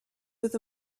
with